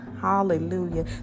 Hallelujah